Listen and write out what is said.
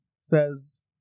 says